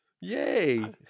yay